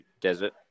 desert